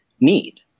need